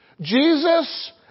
Jesus